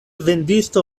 vendisto